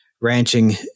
ranching